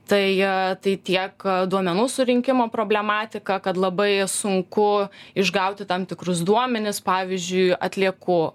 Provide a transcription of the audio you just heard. tai tai tiek duomenų surinkimo problematika kad labai sunku išgauti tam tikrus duomenis pavyzdžiui atliekų